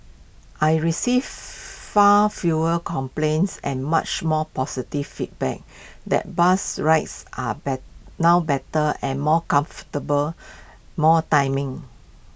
I receive far fewer complaints and much more positive feedback that bus rides are now better and more comfortable more timing